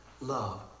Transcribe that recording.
Love